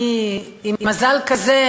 עם מזל כזה,